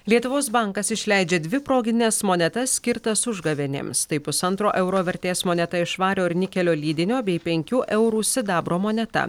lietuvos bankas išleidžia dvi progines monetas skirtas užgavėnėms tai pusantro euro vertės moneta iš vario ir nikelio lydinio bei penkių eurų sidabro moneta